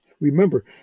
Remember